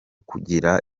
kugira